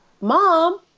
Mom